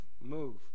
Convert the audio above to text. move